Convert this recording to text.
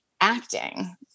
acting